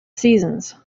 seasons